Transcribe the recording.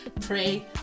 pray